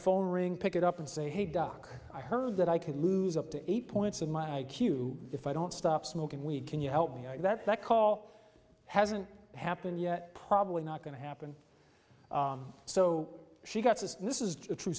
phone ring pick it up and say hey doc i heard that i could lose up to eight points in my i q if i don't stop smoking weed can you help me out that that call hasn't happened yet probably not going to happen so she got to this is a true